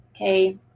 Okay